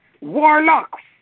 warlocks